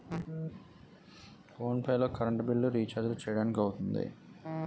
phone pay లో current బిల్లులు, రిచార్జీలు చేయడానికి అవుతుంది